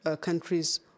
countries